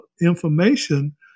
information